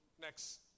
next